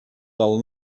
del